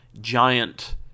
giant